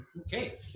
Okay